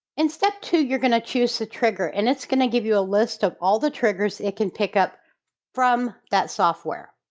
and step two, you're going to choose the trigger and it's going to give you a list of all the triggers it can pick up from that software.